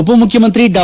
ಉಪಮುಖ್ಯಮಂತ್ರಿ ಡಾ